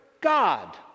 God